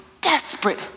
desperate